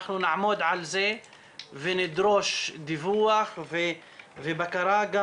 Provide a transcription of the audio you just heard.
אנחנו נעמוד על זה ונדרוש דיווח ובקרה גם